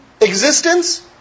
existence